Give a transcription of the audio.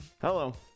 hello